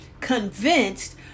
convinced